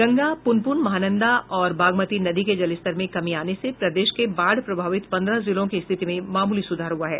गंगा पुनपुन महानंदा और बागमती नदी के जलस्तर में कमी आने से प्रदेश के बाढ़ प्रभावित पन्द्रह जिलों की स्थिति में मामूली सुधार हुआ है